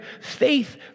faith